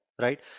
right